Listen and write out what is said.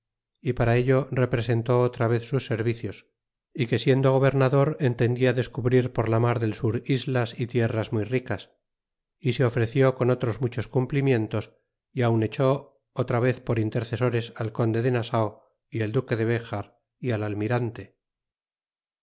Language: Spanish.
y para ello representó otravez sus servicios y que siendo gobernador en tendia descubrir por la mar del sur islas e tierras muy ricas y se ofreció con otros muchos cumplimientos y aun echó otra vez por intercesores al conde nasao y el duque de bejar y al almirante